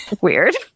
weird